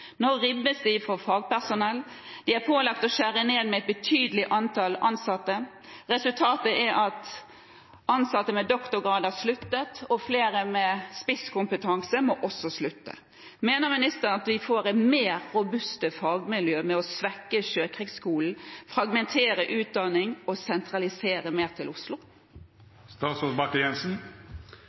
Nå ribbes de for fagpersonell, de er pålagt å skjære ned med et betydelig antall ansatte. Resultatet er at ansatte med doktorgrad har sluttet, og flere med spisskompetanse må også slutte. Mener ministeren at vi får mer robuste fagmiljø ved å svekke Sjøkrigsskolen, fragmentere utdanning og sentralisere mer til